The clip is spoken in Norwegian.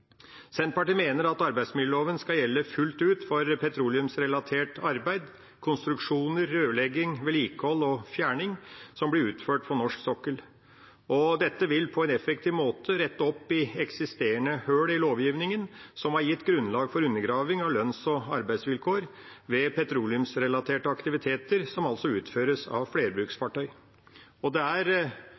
Senterpartiet mener at arbeidsmiljøloven skal gjelde fullt ut for petroleumsrelatert arbeid, konstruksjoner, rørlegging, vedlikehold og fjerning som blir utført for norsk sokkel. Dette vil på en effektiv måte rette opp i eksisterende hull i lovgivningen som har gitt grunnlag for undergraving av lønns- og arbeidsvilkår ved petroleumsrelaterte aktiviteter som utføres av flerbruksfartøy. Det er